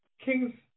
Kings